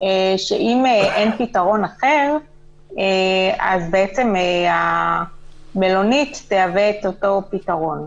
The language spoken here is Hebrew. שאם אין פתרון אחר אז המלונית תהווה פתרון.